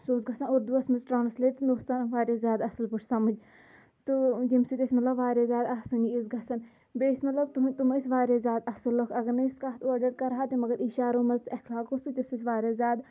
سُہ اوس گژھان اردوٗوَس منٛز ٹرٛانسلیٹ مےٚ اوس تران واریاہ زیادٕ اَصٕل پٲٹھۍ سمٕجھ تہٕ ییٚمہِ سۭتۍ أسۍ مطلب واریاہ زیادٕ آسٲنی ٲس گژھان بیٚیہِ ٲسۍ مطلب تِم ٲسۍ واریاہ زیادٕ اَصٕل لُکھ اگر نہٕ أسۍ کَتھ اورٕ کَرٕہَو تہِ مگر اِشارو منٛز تہٕ اخلاقو سُہ تہِ اوس اَسہِ واریاہ زیادٕ